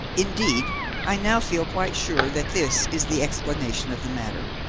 indeed i now feel quite sure that this is the explanation of the matter.